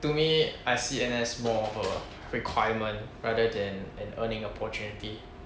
to me I see N_S more of a requirement rather than an earning opportunity